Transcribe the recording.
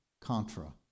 contra